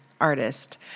artist